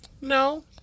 No